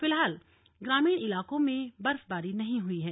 फिलहाल ग्रामीण इलाकों में बर्फबारी नहीं हुई है